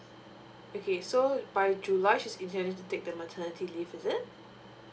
okay so by july she's intended to take the maternity leave is it